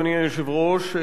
אדוני היושב-ראש,